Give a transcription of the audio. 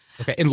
Okay